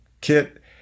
kit